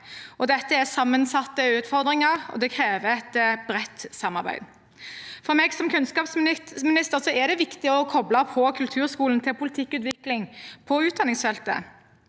Dette er sammensatte utfordringer, og det krever et bredt samarbeid. For meg som kunnskapsminister er det viktig å kople kulturskolen til politikkutviklingen på utdanningsfeltet.